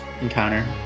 encounter